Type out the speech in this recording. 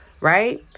right